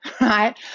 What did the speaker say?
right